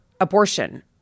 abortion